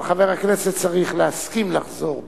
אבל חבר הכנסת צריך להסכים לחזור בו.